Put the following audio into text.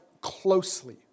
closely